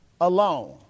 alone